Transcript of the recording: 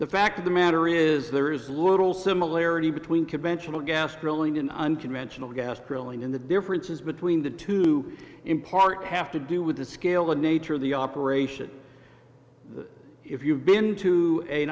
the fact of the matter is there is little similarity between conventional gas drilling in unconventional gas drilling in the differences between the two in part have to do with the scale the nature of the operation if you've been to a